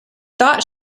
thought